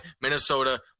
Minnesota